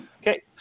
Okay